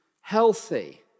healthy